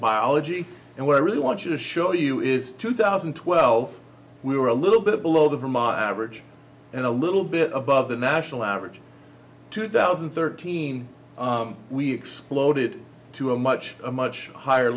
biology and what i really want you to show you is two thousand and twelve we were a little bit below the vermont average and a little bit above the national average two thousand and thirteen we exploded to a much a much higher